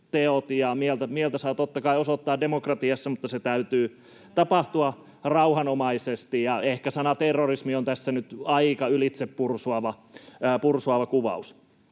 Mieltä saa, totta kai, osoittaa demokratiassa, mutta sen täytyy tapahtua rauhanomaisesti, ja ehkä sana ”terrorismi” on tässä nyt aika ylitsepursuava kuvaus.